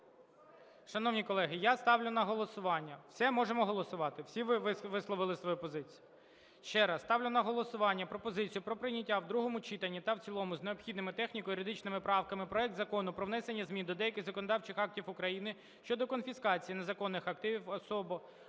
Шановні колеги, я ставлю на голосування... Все, можемо голосувати, всі висловили свою позицію. Ще раз, ставлю на голосування пропозицію про прийняття в другому читанні та в цілому з необхідними техніко-юридичними правками проект Закону про внесення змін до деяких законодавчих актів України щодо конфіскації незаконних активі осіб,